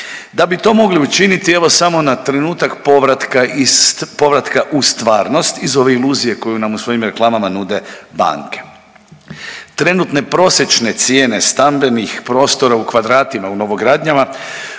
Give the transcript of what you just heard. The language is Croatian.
Da bi to mogli učiniti evo samo na trenutak povratka, povratka u stvarnost iz ove iluzije koju nam u svojim reklamama nude banke. Trenutne prosječne cijene stambenih prostora u kvadratima u novogradnjama